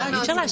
אי-אפשר להשוות